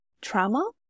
trauma